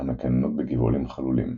המקננות בגבעולים חלולים.